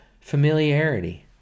familiarity